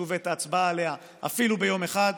הזאת ואת ההצבעה עליה אפילו ביום אחד.